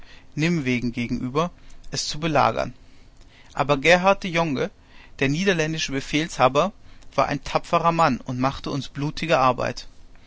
nimwegen gegenüber es zu belagern aber gerhard de jonge der niederländische befehlshaber war ein tapferer mann und machte uns blutige arbeit